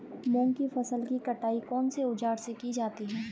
मूंग की फसल की कटाई कौनसे औज़ार से की जाती है?